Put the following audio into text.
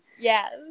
yes